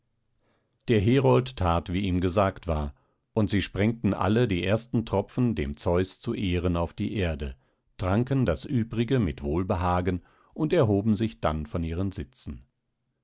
der herold that wie ihm gesagt war und sie sprengten alle die ersten tropfen dem zeus zu ehren auf die erde tranken das übrige mit wohlbehagen und erhoben sich dann von ihren sitzen